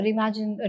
Imagine